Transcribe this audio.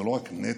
זה לא רק נטל.